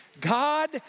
God